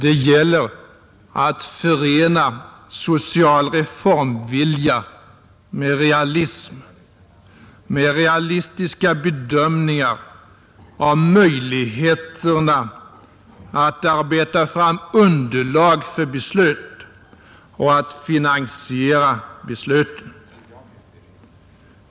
Det gäller att förena social reformvilja med realism, med realistiska bedömningar av möjligheterna att arbeta fram underlag för 51 beslut och att finansiera besluten.